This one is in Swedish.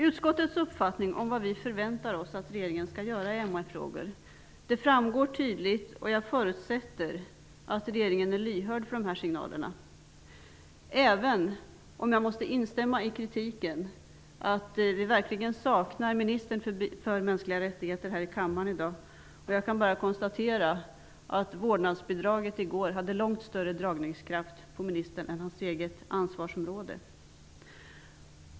Vad utskottet förväntar sig att regeringen skall göra i MR-frågor framgår tydligt, och jag förutsätter att regeringen är lyhörd för dessa signaler. Jag måste dock instämma i kritiken mot det förhållandet att ministern för mänskliga rättigheter i dag saknas här i kammaren. Jag kan bara konstatera att vårdnadsbidraget i går utövade långt större dragningskraft på ministern än hans eget ansvarsområde gör i dag.